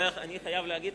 אני חייב להגיד,